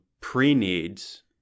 pre-needs